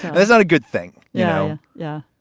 there's not a good thing, you know. yeah,